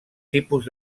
tipus